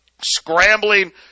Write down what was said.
scrambling